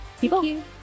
people